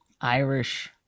Irish